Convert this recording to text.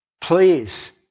please